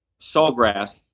sawgrass